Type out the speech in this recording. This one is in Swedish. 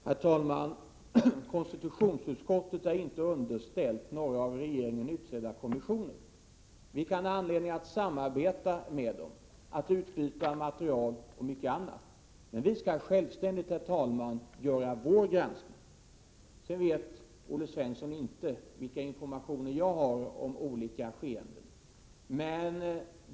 Herr talman! Konstitutionsutskottet är inte underställt några av regeringen utsedda kommissioner. Vi kan ha anledning att samarbeta med dem, att utbyta material och mycket annat, men vi skall självständigt göra vår granskning. Sedan vet Olle Svensson inte vilka informationer jag har om olika skeenden.